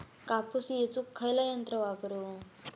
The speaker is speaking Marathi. कापूस येचुक खयला यंत्र वापरू?